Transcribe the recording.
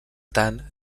tant